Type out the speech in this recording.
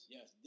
Yes